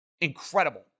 incredible